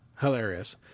hilarious